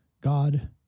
God